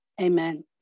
amen